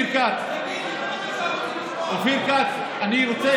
תגיד לי, מה הבשורה חוץ מהגזרות?